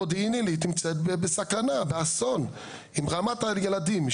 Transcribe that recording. מודיעין עילית נמצאת בסכנה, באסון, עם רמת הילדים.